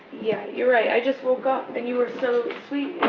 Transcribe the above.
yeah, you're right. i just woke up and you were still asleep.